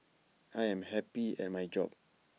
I am happy at my job